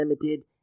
limited